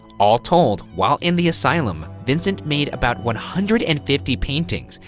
all told, while in the asylum, vincent made about one hundred and fifty paintings,